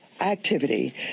activity